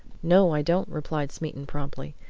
no, i don't, replied smeaton, promptly.